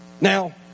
Now